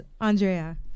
Andrea